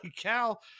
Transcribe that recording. Cal